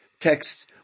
text